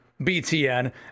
BTN